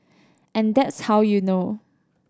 and that's how you know